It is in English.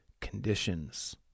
conditions